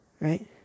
Right